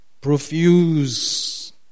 profuse